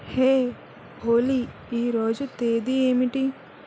హే Ollie ఈరోజు తేదీ ఏమిటి